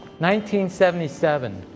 1977